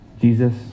jesus